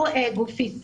הוא גוף עסקי.